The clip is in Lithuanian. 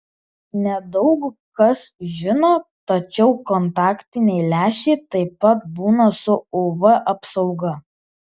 ne daug kas žino tačiau kontaktiniai lęšiai taip pat būna su uv apsauga